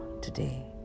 today